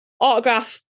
autograph